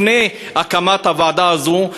לפני הקמת הוועדה הזו,